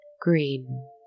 green